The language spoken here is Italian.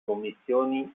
commissioni